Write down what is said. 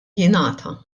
jingħata